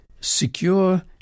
secure